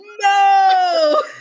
No